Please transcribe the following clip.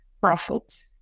profit